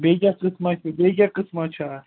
بیٚیہِ کیٛاہ قٕسما چھُ بیٚیہِ کیٛاہ قٕسما چھُ اَتھ